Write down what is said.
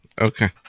Okay